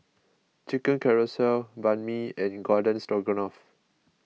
Chicken Casserole Banh Mi and Garden Stroganoff